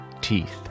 teeth